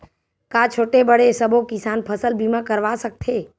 का छोटे बड़े सबो किसान फसल बीमा करवा सकथे?